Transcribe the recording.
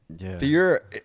fear